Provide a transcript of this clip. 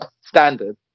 standard